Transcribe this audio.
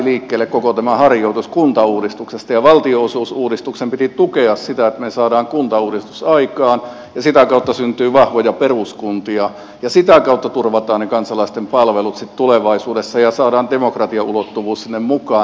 tämä koko harjoitushan lähti liikkeelle kuntauudistuksesta ja valtionosuusuudistuksen piti tukea sitä että me saamme kuntauudistuksen aikaan ja sitä kautta syntyy vahvoja peruskuntia ja sitä kautta turvataan ne kansalaisten palvelut sitten tulevaisuudessa ja saadaan demokratiaulottuvuus sinne mukaan